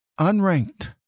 Unranked